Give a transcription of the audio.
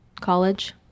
college